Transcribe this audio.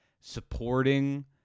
supporting